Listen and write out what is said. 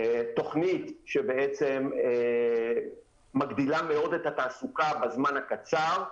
ותוכנית שבעצם מגדילה מאוד את התעסוקה בזמן הקצר,